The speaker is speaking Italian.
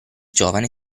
giovane